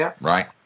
right